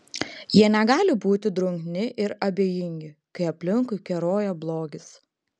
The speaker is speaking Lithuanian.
jie negali būti drungni ir abejingi kai aplinkui keroja blogis